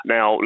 Now